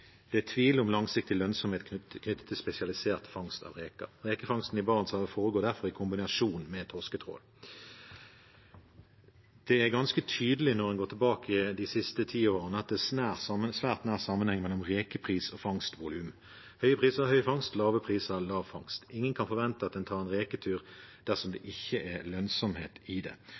Det er tvil om langsiktig lønnsomhet knyttet til spesialisert fangst av reker. Rekefangsten i Barentshavet foregår derfor i kombinasjon med torsketrål. Det er ganske tydelig, når man ser tilbake på de siste tiårene, at det er svært nær sammenheng mellom rekepris og fangstvolum. Høye priser gir høy fangst – lave priser gir lav fangst. Ingen kan forvente at man tar en reketur dersom det ikke er lønnsomhet i det.